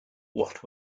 what